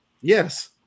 yes